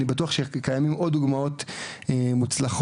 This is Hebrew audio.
אני בטוח שקיימות עוד דוגמאות מוצלחות